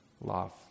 love